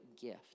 gift